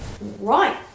Right